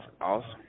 awesome